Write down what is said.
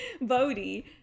Bodhi